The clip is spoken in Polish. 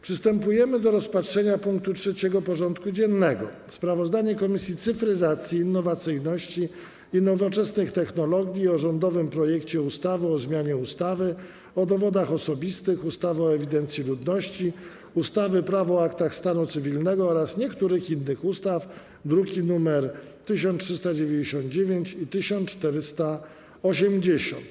Przystępujemy do rozpatrzenia punktu 3. porządku dziennego: Sprawozdanie Komisji Cyfryzacji, Innowacyjności i Nowoczesnych Technologii o rządowym projekcie ustawy o zmianie ustawy o dowodach osobistych, ustawy o ewidencji ludności, ustawy - Prawo o aktach stanu cywilnego oraz niektórych innych ustaw (druki nr 1399 i 1480)